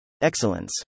Excellence